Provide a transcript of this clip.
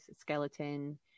skeleton